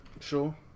Sure